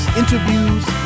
interviews